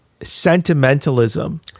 sentimentalism